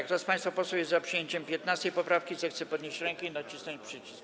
Kto z państwa posłów jest za przyjęciem 15. poprawki, zechce podnieść rękę i nacisnąć przycisk.